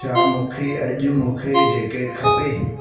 छा मूंखे अॼु मूंखे जैकेट खपे